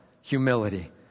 Humility